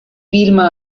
vilma